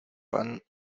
pan